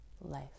life